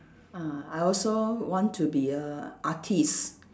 ah I also want to be a artist